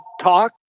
talk